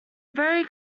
very